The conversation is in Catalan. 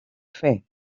fer